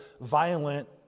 violent